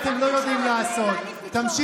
אתם לא יודעים להפסיד בכבוד.